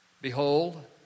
Behold